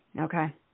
okay